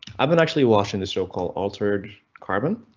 i've been actually watching this show called altered carbon,